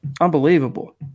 unbelievable